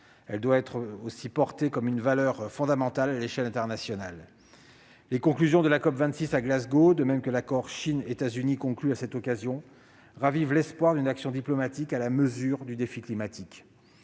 Elle doit aussi être promue comme une valeur fondamentale à l'échelle internationale. Les conclusions de la COP26 à Glasgow, de même que l'accord entre la Chine et les États-Unis annoncé lors de cette conférence, ravivent l'espoir d'une action diplomatique à la mesure du défi climatique.